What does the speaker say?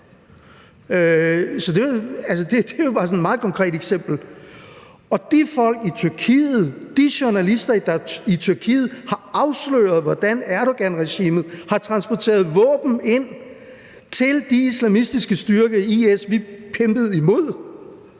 bare et meget konkret eksempel. Og de journalister i Tyrkiet, der har afsløret, hvordan Erdoganregimet har transporteret våben ind til de islamistiske styrker i IS, vi kæmpede imod,